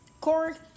Cord